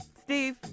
Steve